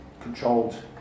controlled